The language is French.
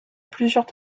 plusieurs